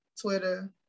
Twitter